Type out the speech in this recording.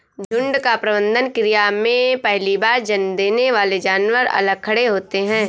झुंड का प्रबंधन क्रिया में पहली बार जन्म देने वाले जानवर अलग खड़े होते हैं